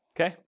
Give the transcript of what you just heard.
Okay